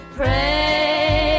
pray